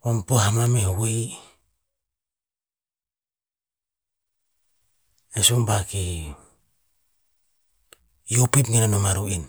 vambuah mah meh hoi, e sumbak eh ioh pip nen ma ru'en.